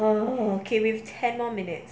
oh okay that means ten more minutes